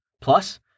plus